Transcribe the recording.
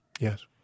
Yes